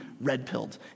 red-pilled